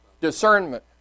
discernment